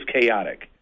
chaotic